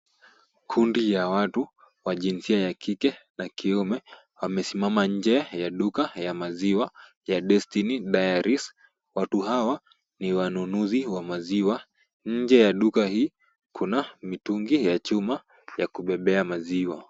Kundi ya watu wa jinsia ya kike na kiume, wamesimama nje ya duka ya maziwa ya Destiny dairies .Watu hawa ni wanunuzi wa maziwa. Nje ya duka hii kuna mitungi ya chuma ya kubebea maziwa.